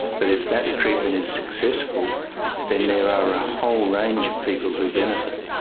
but if that treatment is successful then there are a whole range of people who benefit,